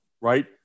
right